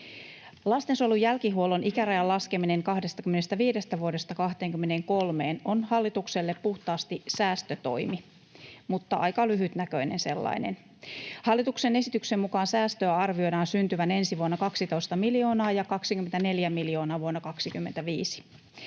Lastensuojelun jälkihuollon ikärajan laskeminen 25 vuodesta 23:een on hallitukselle puhtaasti säästötoimi, mutta aika lyhytnäköinen sellainen. Hallituksen esityksen mukaan säästöä arvioidaan syntyvän ensi vuonna 12 miljoonaa ja 24 miljoonaa vuonna 25.